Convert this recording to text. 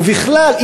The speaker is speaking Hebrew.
ובכלל,